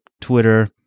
Twitter